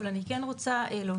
אבל אני כן רוצה להוסיף.